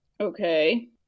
Okay